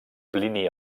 plini